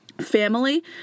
family